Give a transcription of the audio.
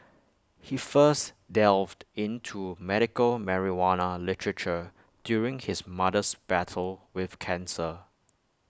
he first delved into medical marijuana literature during his mother's battle with cancer